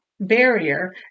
barrier